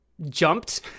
jumped